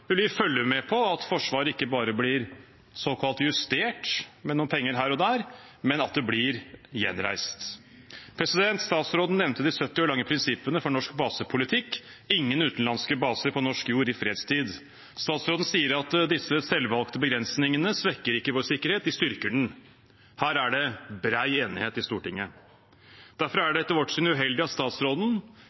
vil vi følge med på at Forsvaret ikke bare blir såkalt justert, med noen penger her og der, men at det blir gjenreist. Utenriksministeren nevnte de 70 år lange prinsippene for norsk basepolitikk: ingen utenlandske baser på norsk jord i fredstid. Utenriksministeren sier at disse selvvalgte begrensningene ikke svekker vår sikkerhet, de styrker den. Her er det bred enighet i Stortinget. Derfor er det etter vårt syn uheldig at